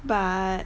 but